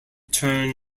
turn